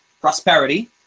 prosperity